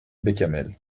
bécamel